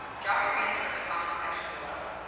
drop your answer in the comments section below.